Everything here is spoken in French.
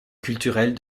culturelle